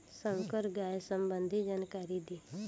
संकर गाय संबंधी जानकारी दी?